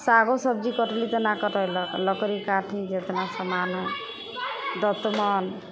सागो सब्जी काटली तऽ नहि कटैलए लकड़ी काठी जतना समान हइ दतमन